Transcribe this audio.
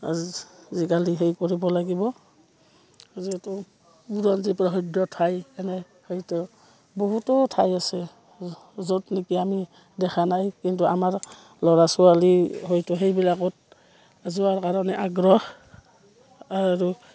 আজিকালি সেই কৰিব লাগিব যিহেতু বুৰঞ্জীপ প্ৰসিদ্ধ ঠাই এনে সেইটো বহুতো ঠাই আছে য'ত নেকি আমি দেখা নাই কিন্তু আমাৰ ল'ৰা ছোৱালী হয়তো সেইবিলাকত যোৱাৰ কাৰণে আগ্ৰহ আৰু